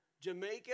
Jamaica